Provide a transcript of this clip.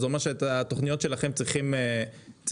אז זה אומר שהתוכניות שלכם צריכים לתגבר.